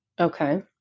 Okay